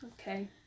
Okay